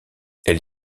elle